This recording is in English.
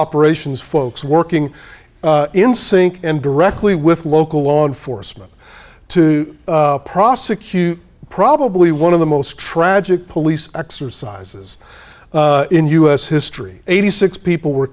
operations folks working in sync and directly with local law enforcement to prosecute probably one of the most tragic police exercises in u s history eighty six people were